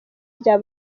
rya